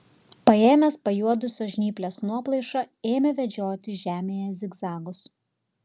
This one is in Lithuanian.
paėmęs pajuodusios žnyplės nuoplaišą ėmė vedžioti žemėje zigzagus